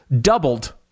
Doubled